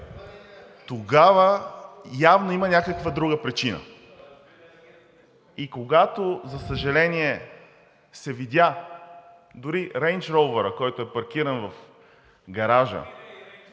тогава явно има някаква друга причина. (Шум и реплики.) И когато, за съжаление, се видя дори рейндж роувъра, който е паркиран в гаража